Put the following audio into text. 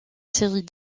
série